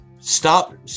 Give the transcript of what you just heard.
stop